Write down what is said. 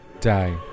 die